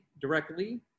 directly